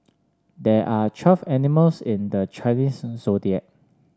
there are twelve animals in the Chinese Zodiac